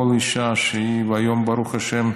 כל אישה, היום, ברוך השם,